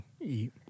eat